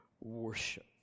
worship